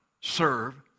serve